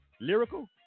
Lyrical